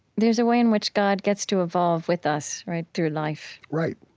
there's a way in which god gets to evolve with us, right, through life? right.